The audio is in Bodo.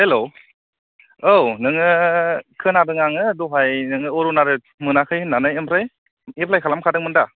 हेलौ औ नोङो खोनादों आङो दहाय नोङो अरुनादय मोनाखै होननानै ऐमफ्राय एफ्लाय खालामखादोंमोन दा